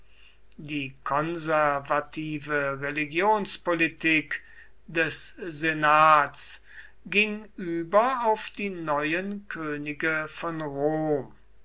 die konservative religionspolitik des senats ging über auf die neuen könige von rom